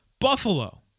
Buffalo